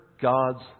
God's